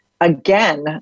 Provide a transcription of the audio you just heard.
again